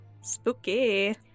Spooky